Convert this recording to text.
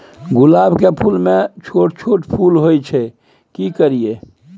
गुलाब के फूल में छोट छोट फूल होय छै की करियै?